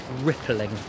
rippling